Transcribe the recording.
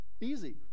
easy